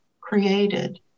created